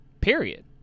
Period